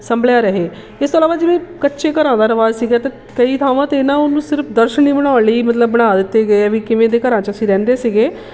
ਸੰਭਲਿਆ ਰਹੇ ਇਸ ਤੋਂ ਇਲਾਵਾ ਜਿਵੇਂ ਕੱਚੇ ਘਰਾਂ ਦਾ ਰਿਵਾਜ਼ ਸੀਗਾ ਅਤੇ ਕਈ ਥਾਵਾਂ 'ਤੇ ਨਾ ਉਹਨੂੰ ਸਿਰਫ ਦਰਸ਼ਨੀ ਬਣਾਉਣ ਲਈ ਮਤਲਬ ਬਣਾ ਦਿੱਤੇ ਗਏ ਹੈ ਵੀ ਕਿਵੇਂ ਦੇ ਘਰਾਂ 'ਚ ਅਸੀਂ ਰਹਿੰਦੇ ਸੀਗੇ